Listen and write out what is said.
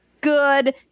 good